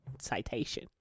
citation